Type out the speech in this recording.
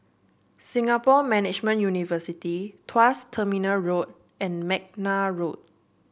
Singapore Management University Tuas Terminal Road and McNair Road